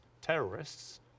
terrorists